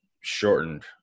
shortened